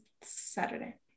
Saturday